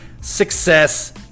success